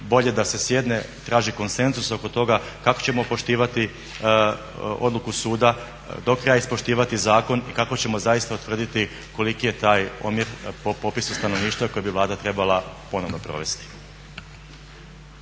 Bolje da se sjedne, traži konsenzus oko toga kako ćemo poštivati odluku suda, do kraja ispoštivati zakon i kako ćemo zaista utvrditi koliki je taj omjer po popisu stanovništva koji bi Vlada trebala ponovno provesti.